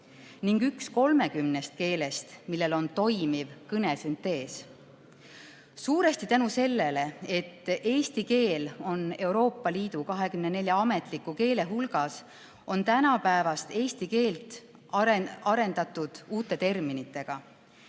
ning üks kuni 30 keelest, millel on toimiv kõnesüntees. Suuresti tänu sellele, et eesti keel on Euroopa Liidu 24 ametliku keele hulgas, on tänapäevast eesti keelt arendatud uute terminitega.